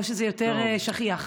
או שזה יותר שכיח.